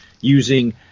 using